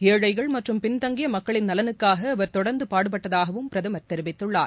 ஏழைகள் மற்றும் பின்தங்கிய மக்களின் நலனுக்காக அவர் தொடர்ந்து பாடுபட்டதாகவும் பிரதமர் தெரிவித்துள்ளார்